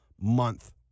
month